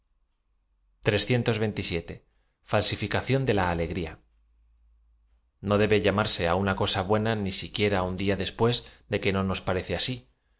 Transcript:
alegría falsificación d é la alegria n o debe llamarse á una cosa buena ni siquiera un día después que no nos parece asi